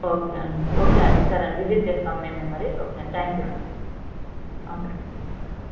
okay అండి okay అండి సరే అండి విజిట్ చేస్తాం మేము మరి ఓకే అండి థ్యాంక్ యూ అండి ఓకే